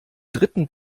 dritten